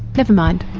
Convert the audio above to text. never mind.